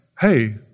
Hey